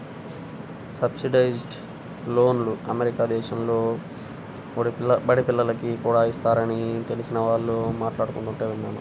subsidised లోన్లు America దేశంలో బడి పిల్లోనికి కూడా ఇస్తారని తెలిసిన వాళ్ళు మాట్లాడుకుంటుంటే విన్నాను